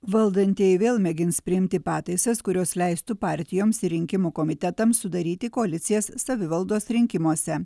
valdantieji vėl mėgins priimti pataisas kurios leistų partijoms ir rinkimų komitetams sudaryti koalicijas savivaldos rinkimuose